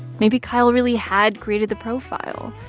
maybe kyle really had created the profile.